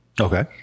Okay